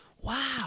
Wow